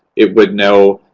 it would know,